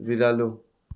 बिरालो